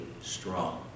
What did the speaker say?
strong